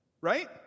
right